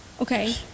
okay